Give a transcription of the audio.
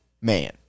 man